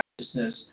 consciousness